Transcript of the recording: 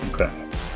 Okay